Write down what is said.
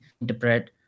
interpret